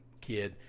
kid